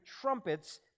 trumpets